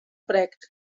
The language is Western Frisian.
brekt